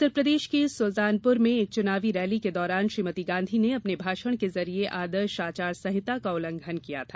उत्तरप्रदेश के सुलतानपुर में एक चुनावी रैली के दौरान श्रीमती गांधी ने अपने भाषण के जरिये आदर्श आचार संहिता का उल्लंघन किया था